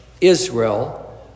Israel